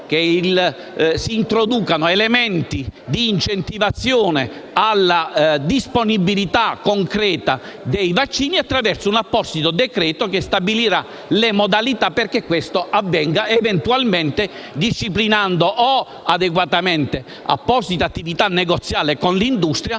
che si introducano elementi di incentivazione alla disponibilità concreta dei vaccini attraverso un apposito decreto che stabilirà le modalità perché questo avvenga, eventualmente disciplinando adeguatamente apposita attività negoziale con l'industria,